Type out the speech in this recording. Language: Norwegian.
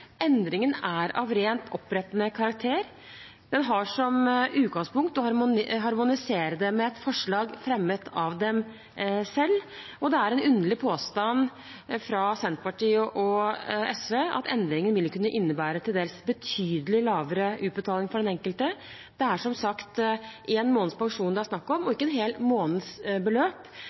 Endringen er av rent opprettende karakter. Den har som utgangspunkt å harmonisere det med et forslag fremmet av dem selv. Det er en underlig påstand fra Senterpartiet og SV at endringen vil kunne innebære til dels betydelig lavere utbetaling for den enkelte. Det er som sagt én måneds pensjon det er snakk om, og ikke en hel